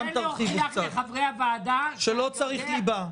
אני רוצה להוכיח לחברי הוועדה -- שלא צריך ליבה.